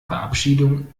verabschiedung